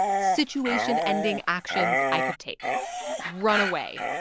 situation-ending actions i could take run away,